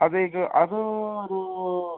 അതെ ഇത് അതോ അതോ